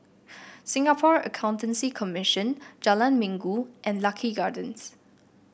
Singapore Accountancy Commission Jalan Minggu and Lucky Gardens